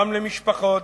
גם למשפחות,